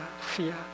fear